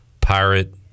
pirate